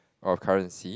or currency